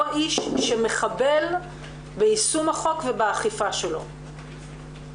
הוא האיש שמחבל ביישום החוק ובאכיפה שלו.